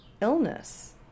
illness